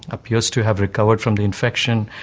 appears to have recovered from the infection,